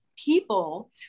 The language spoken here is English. people